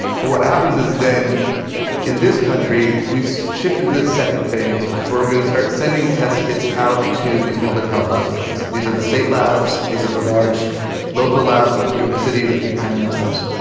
but what happens is then in this country, we shift into the second phase, which is where we're going to start sending test kits out to these public health laboratories. these are the state labs. these are the large local labs like new york city's, a few county labs.